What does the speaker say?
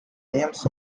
names